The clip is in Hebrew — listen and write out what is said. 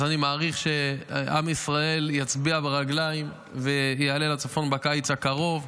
אז אני מעריך שעם ישראל יצביע ברגליים ויעלה לצפון בקיץ הקרוב.